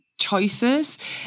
Choices